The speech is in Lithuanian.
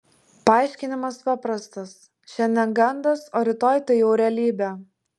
paaiškinimas paprastas šiandien gandas o rytoj tai jau realybė